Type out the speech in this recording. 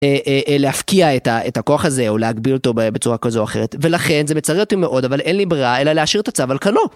להפקיע את הכוח הזה או להגביל אותו בצורה כזו או אחרת, ולכן זה מצער אותי מאוד, אבל אין לי ברירה אלא להשאיר את הצו על קנו.